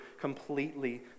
completely